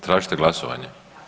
Tražite glasovanje?